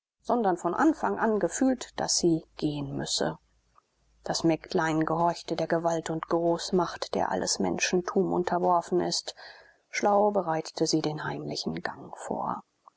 sondern von anfang an gefühlt daß sie gehen müsse das mägdlein gehorchte der gewalt und großmacht der alles menschentum unterworfen ist schlau bereitete sie den heimlichen gang vor